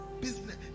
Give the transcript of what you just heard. business